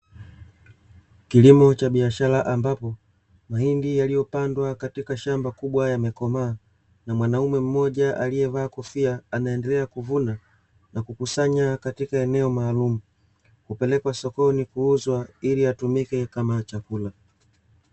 Kilimo cha biashara ambapo mahindi yaliyopandwa katika shamba kubwa yamekomaa na mwanamume mmoja aliyevaa kofia anaendelea kuvuna na kukusanya katika eneo maalumu kupelekwa sokoni kuuzwa ili yatumike kama ya chakula.